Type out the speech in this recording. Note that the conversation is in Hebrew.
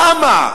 למה?